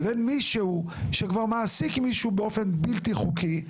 לבין מישהו שכבר מעסיק מישהו באופן בלתי חוקי,